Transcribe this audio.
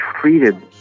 treated